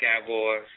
Cowboys